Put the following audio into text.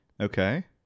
Okay